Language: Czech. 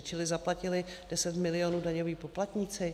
Čili zaplatili deset milionů daňoví poplatníci?